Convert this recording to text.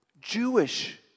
Jewish